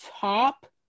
top